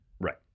Right